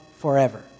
Forever